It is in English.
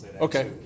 Okay